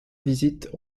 visite